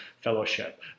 fellowship